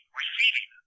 receiving